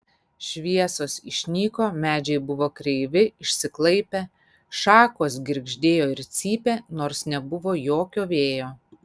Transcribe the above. šviesos išnyko medžiai buvo kreivi išsiklaipę šakos girgždėjo ir cypė nors nebuvo jokio vėjo